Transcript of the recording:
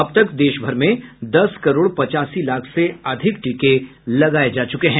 अब तक देशभर में दस करोड पचासी लाख से अधिक टीके लगाए जा चुके हैं